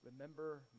remember